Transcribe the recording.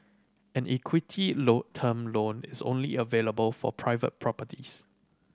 an equity loan term loan is only available for private properties